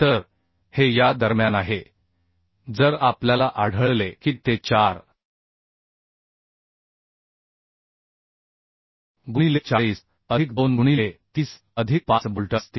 तर हे या दरम्यान आहे जर आपल्याला आढळले की ते 4 गुणिले 40 अधिक 2 गुणिले 30 अधिक 5 बोल्ट असतील